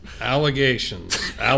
Allegations